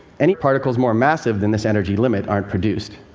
any particles more massive than this energy limit aren't produced,